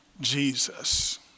Jesus